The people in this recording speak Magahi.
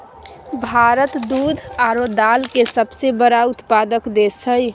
भारत दूध आरो दाल के सबसे बड़ा उत्पादक देश हइ